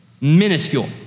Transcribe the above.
minuscule